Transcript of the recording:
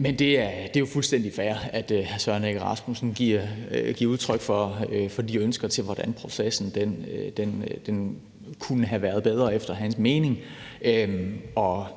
(S): Det er jo fuldstændig fair, at hr. Søren Egge Rasmussen giver udtryk for de ønsker til, hvordan processen efter hans mening kunne have været bedre.